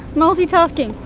multitasking.